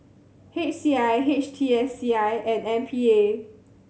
H C I H T S C I and M P A